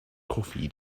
coffee